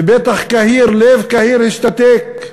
ובטח קהיר, לב קהיר השתתק.